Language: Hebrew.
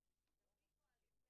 אדוני היושב-ראש,